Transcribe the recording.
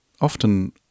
often